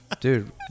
dude